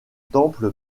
temple